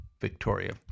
Victoria